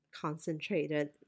concentrated